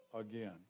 again